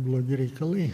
blogi reikalai